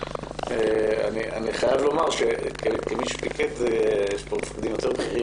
אני חייב לומר כמי שפיקד יש פה מפקדים בכירים יותר